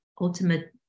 ultimate